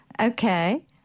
Okay